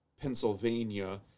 Pennsylvania